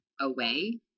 away